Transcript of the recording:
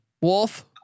Wolf